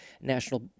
national